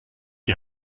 die